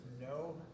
no